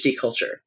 culture